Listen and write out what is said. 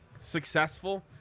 successful